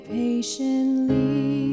patiently